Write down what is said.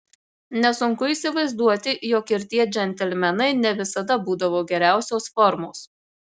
nesunku įsivaizduoti jog ir tie džentelmenai ne visada būdavo geriausios formos